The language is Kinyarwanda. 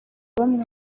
bamwe